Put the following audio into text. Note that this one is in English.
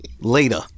later